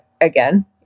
again